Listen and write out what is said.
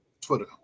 Twitter